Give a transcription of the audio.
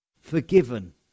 Forgiven